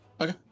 Okay